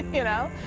you know?